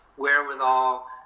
Wherewithal